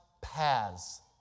paths